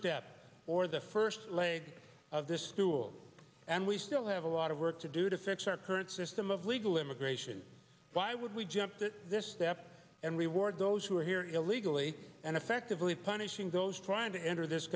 step or the first leg of this stool and we still have a lot of work to do to fix our current system of legal immigration why would we jump to this step and reward those who are here illegally and effectively punishing those trying to enter this